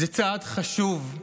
זה צעד חשוב,